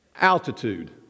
altitude